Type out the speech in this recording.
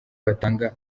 batanga